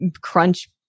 crunch